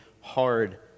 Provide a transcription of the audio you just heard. hard